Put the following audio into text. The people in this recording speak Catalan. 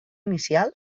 inicial